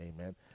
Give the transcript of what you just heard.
amen